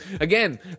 Again